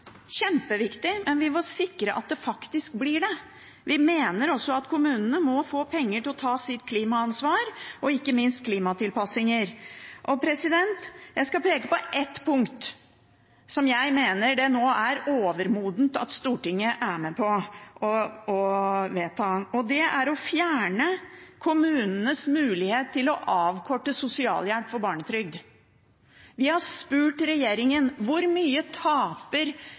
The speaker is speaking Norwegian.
kjempeviktig, men vi må sikre at det faktisk skjer. Vi mener også at kommunene må få penger til å ta klimaansvar og ikke minst foreta klimatilpasninger. Jeg skal peke på ett punkt som jeg mener det nå er overmodent at Stortinget er med på å vedta, og det er å fjerne kommunenes mulighet til å avkorte sosialhjelp for barnetrygd. Vi har spurt regjeringen: Hvor mye taper